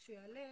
כשהוא יעלה,